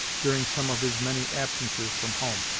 during some of his many absences from home.